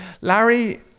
Larry